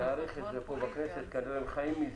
להאריך את זה פה בכנסת, כנראה הם חיים מזה.